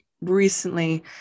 recently